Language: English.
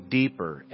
deeper